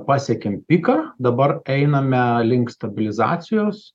pasiekėm piką dabar einame link stabilizacijos